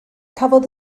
cafodd